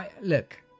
look